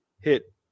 hit